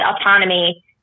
autonomy